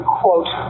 quote